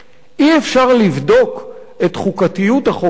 אי-אפשר לבדוק את חוקתיות החוק הזה,